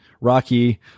Rocky